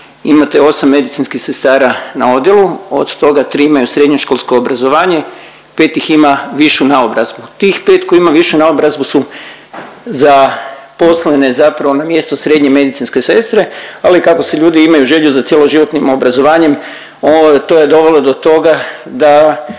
imate 8 medicinskih sestara na odjelu, od toga tri imaju srednjoškolsko obrazovanje, pet ih ima višu naobrazbu. Tih pet koji ima višu naobrazbu su zaposlene zapravo na mjestu srednje medicinske sestre ali kako si ljudi imaju za cjeloživotnim obrazovanjem to je dovelo do toga da